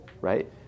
right